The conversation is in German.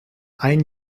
ein